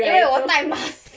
因为我戴 mask